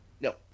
No